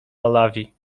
malawi